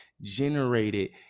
generated